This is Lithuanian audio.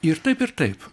ir taip ir taip